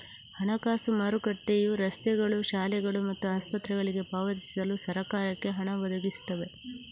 ಹಣಕಾಸು ಮಾರುಕಟ್ಟೆಯು ರಸ್ತೆಗಳು, ಶಾಲೆಗಳು ಮತ್ತು ಆಸ್ಪತ್ರೆಗಳಿಗೆ ಪಾವತಿಸಲು ಸರಕಾರಕ್ಕೆ ಹಣ ಒದಗಿಸ್ತವೆ